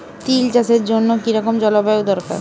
তিল চাষের জন্য কি রকম জলবায়ু দরকার?